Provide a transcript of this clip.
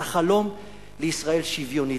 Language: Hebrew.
את החלום לישראל שוויונית,